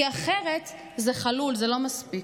כי אחרת זה חלול, זה לא מספיק.